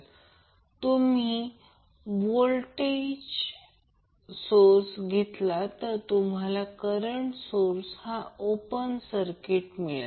जर तुम्ही voltage source घेतला तर तुमचा करंट सोर्स हा ओपन सर्किट असेल